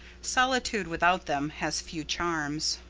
solitude without them has few charms.